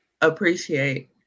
appreciate